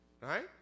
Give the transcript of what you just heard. right